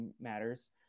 Matters